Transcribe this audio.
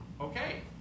Okay